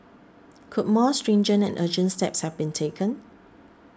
could more stringent and urgent steps have been taken